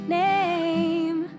name